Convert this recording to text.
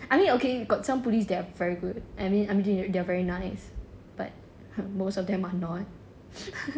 I mean okay got some police they are very good I mean they are very nice I mean but most of them are not